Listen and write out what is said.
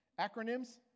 acronyms